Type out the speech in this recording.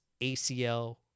ACL